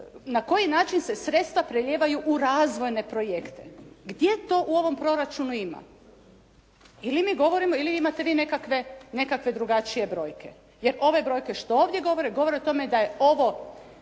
na koji način se sredstva prelijevanju u razvojne projekte? Gdje to u ovom proračunu ima? Ili mi govorimo ili imate vi nekakve drugačije brojke. Jer ove brojke što ovdje govore govore o tome da je ovo